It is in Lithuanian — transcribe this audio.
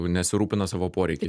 nesirūpina savo poreikiais